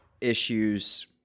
issues